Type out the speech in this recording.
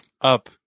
Up